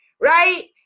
right